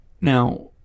Now